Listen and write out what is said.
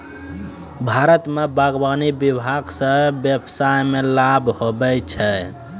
भारत मे बागवानी विभाग से व्यबसाय मे लाभ हुवै छै